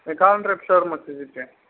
మీకు కావాలంటే రేపు షోరూమ్కి వచ్చి విసిట్ చెయ్యండి